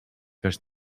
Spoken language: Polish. kać